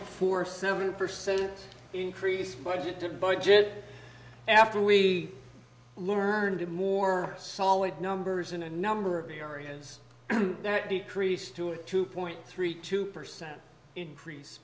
four seven percent increase budget to the budget after we learned more solid numbers in a number of areas that decreased to a two point three two percent increase